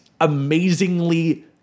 amazingly